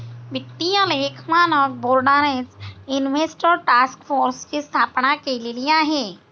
वित्तीय लेख मानक बोर्डानेच इन्व्हेस्टर टास्क फोर्सची स्थापना केलेली आहे